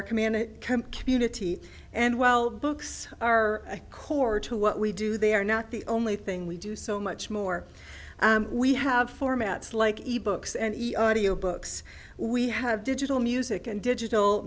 our community community and well books are a core to what we do they are not the only thing we do so much more we have formats like ebooks any audio books we have digital music and digital